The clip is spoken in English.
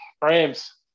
Braves